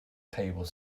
table